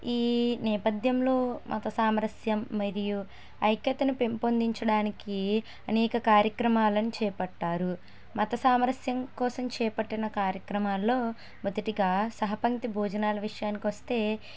ఈ నేపథ్యంలో మత సామరస్యం మరియు ఐక్యతను పెంపొందించడానికి అనేక కార్యక్రమాలను చేపట్టారు మత సామరస్యం కోసం చేపట్టిన కార్యక్రమాల్లో మొదటిగా సహపంక్తి భోజనాల విషయానికి వస్తే